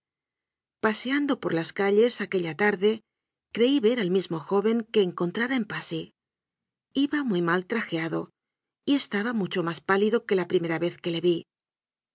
paseando por las calles aquella tarde creí ver al mismo joven que encontrara en passy iba muy mal trajeado y estaba mucho más pálido que la primera vez que le vi